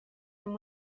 amb